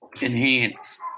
Enhance